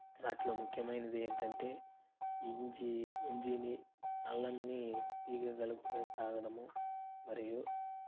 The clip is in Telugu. వాటిలో ముఖ్యమైనది ఏమిటంటే ఇంజీ ఇంజినీ అల్లంని ఈ విధంగా కలుపుకొని తాగడము మరియు